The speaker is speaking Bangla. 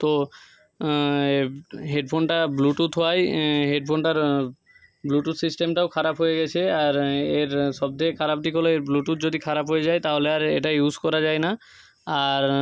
তো হেডফোনটা ব্লুটুথ হওয়ায় হেডফোনটার ব্লুটুথ সিস্টেমটাও খারাপ হয়ে গেছে আর এর সব থেকে খারাপ দিক হল এর ব্লুটুথ যদি খারাপ হয়ে যায় তাহলে আর এটা ইউজ করা যায় না আর